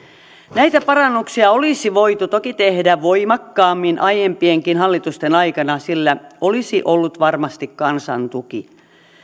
näitä parannuksia olisi voitu toki tehdä voimakkaammin aiempienkin hallitusten aikana sillä olisi ollut varmasti kansan tuki